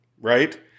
right